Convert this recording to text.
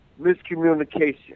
miscommunication